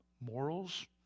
morals